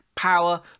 Power